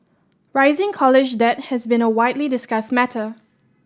rising college debt has been a widely discussed matter